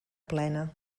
plena